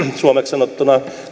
suomeksi sanottuna